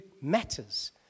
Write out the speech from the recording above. matters